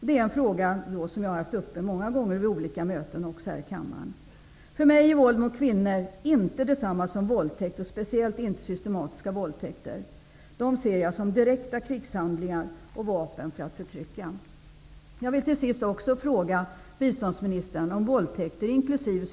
Det är en fråga som jag har haft uppe många gånger vid olika möten, även här i kammaren. För mig är våld mot kvinnor inte detsamma som våldtäkt, speciellt inte systematiska våldtäkter. Jag ser dem som direkta krigshandlingar och vapen för att förtrycka. Till sist vill jag fråga biståndsministern om våldtäkter, inkl.